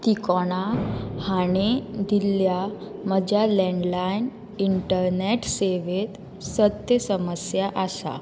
तिकोणा हाणें दिल्ल्या म्हज्या लँडलायन इंटरनेट सेवेंत सत्य समस्या आसा